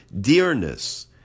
dearness